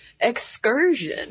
excursion